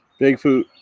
Bigfoot